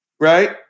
right